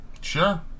Sure